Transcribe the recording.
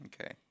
Okay